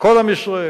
כל עם ישראל.